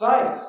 faith